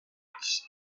cette